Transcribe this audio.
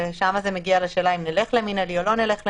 ושם זה מגיע לשאלה אם נלך למנהלי או לא נלך למנהלי,